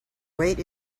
weight